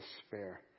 despair